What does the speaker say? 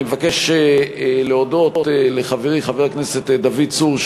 אני מבקש להודות לחברי חבר הכנסת דוד צור,